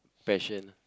passion